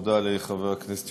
תודה, חבר הכנסת